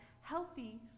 healthy